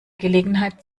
gelegenheit